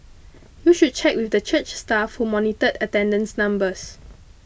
you should check with the church staff who monitored attendance numbers